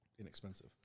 Inexpensive